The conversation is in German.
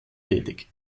tätig